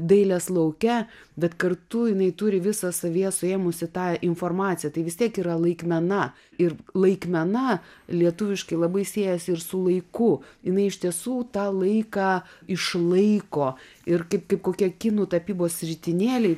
dailės lauke bet kartu jinai turi visą savyje suėmusi tą informaciją tai vis tiek yra laikmena ir laikmena lietuviškai labai siejasi ir su laiku jinai iš tiesų tą laiką išlaiko ir kaip kokia kinų tapybos ritinėliai